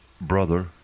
brother